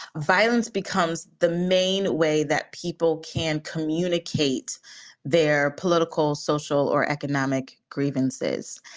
violence becomes the main way that people can communicate their political, social or economic grievances.